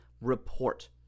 report